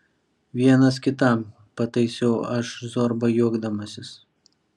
vienas kitam pataisiau aš zorbą juokdamasis